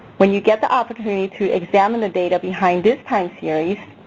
when you get the opportunity to examine the data behind this time series,